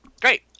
Great